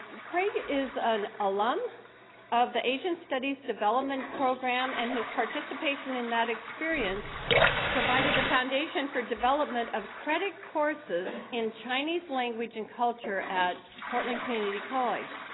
craig is an alum of the asian studies development program. and his participation in that experience provided the foundation for development of credit courses in chinese language and culture at portland community college.